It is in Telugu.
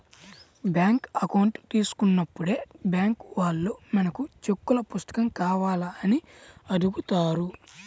బ్యాంకు అకౌంట్ తీసుకున్నప్పుడే బ్బ్యాంకు వాళ్ళు మనకు చెక్కుల పుస్తకం కావాలా అని అడుగుతారు